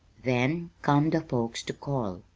then come the folks to call,